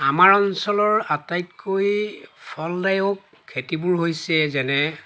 আমাৰ অঞ্চলৰ আটাইতকৈ ফলদায়ক খেতিবোৰ হৈছে যেনে